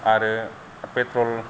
आरो पेट्रल